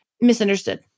misunderstood